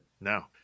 no